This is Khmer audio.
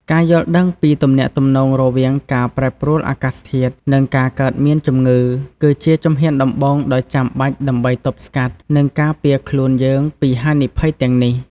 ការយល់ដឹងពីទំនាក់ទំនងរវាងការប្រែប្រួលអាកាសធាតុ និងការកើតមានជំងឺ គឺជាជំហានដំបូងដ៏ចាំបាច់ដើម្បីទប់ស្កាត់ និងការពារខ្លួនយើងពីហានិភ័យទាំងនេះ។